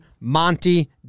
Monty